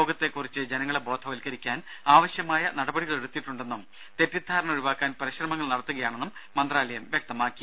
രോഗത്തെക്കുറിച്ച് ജനങ്ങളെ ബോധവൽക്കരിക്കാൻ ആവശ്യമായ നടപടികളെടുത്തിട്ടുണ്ടെന്നും തെറ്റിദ്ധാരണ ഒഴിവാക്കാൻ പരിശ്രമങ്ങൾ നടത്തുകയാണെന്നും മന്ത്രാലയം വ്യക്തമാക്കി